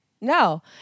no